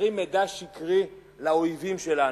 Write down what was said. ומוסרים מידע שקרי לאויבים שלנו.